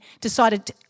decided